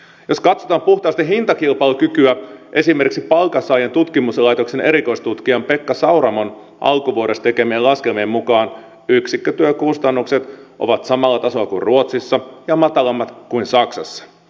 jos katsotaan puhtaasti hintakilpailukykyä esimerkiksi palkansaajien tutkimuslaitoksen erikoistutkijan pekka sauramon alkuvuodesta tekemien laskelmien mukaan yksikkötyökustannukset ovat samalla tasolla kun ruotsissa ja matalammat kuin saksassa